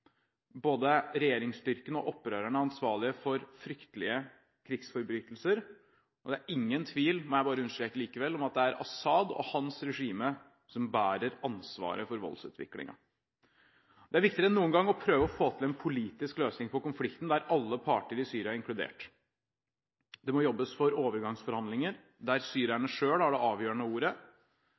Både regjeringsstyrkene og opprørerne er ansvarlige for fryktelige krigsforbrytelser, og det er ingen tvil – det vil jeg likevel understreke – om at det er Assad og hans regime som bærer ansvaret for voldsutviklingen. Det er viktigere enn noen gang å prøve å få til en politisk løsning på konflikten, der alle parter i Syria er inkludert. Det må jobbes for overgangsforhandlinger, der syrerne selv har det avgjørende ordet.